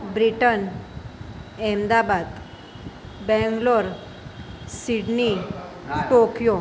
Britain Ahmedabad Bangalore Sydney Tokyo